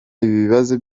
ibibazo